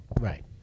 Right